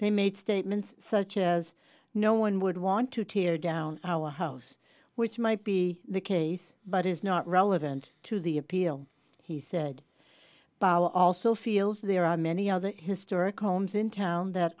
they made statements such as no one would want to tear down our house which might be the case but is not relevant to the appeal he said powell also feels there are many other historic homes in town that